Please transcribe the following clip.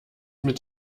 mit